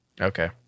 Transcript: Okay